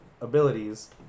abilities